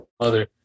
mother